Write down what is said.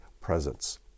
presence